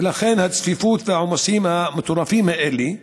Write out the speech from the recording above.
ולכן הצפיפות והעומסים המטורפים האלה.